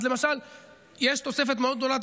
אז למשל יש תוספת מאוד גדולה,